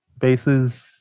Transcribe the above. bases